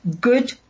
good